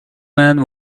man